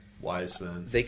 Wiseman